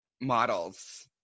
models